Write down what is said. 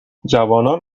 جوانان